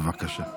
בבקשה.